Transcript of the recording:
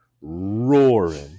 roaring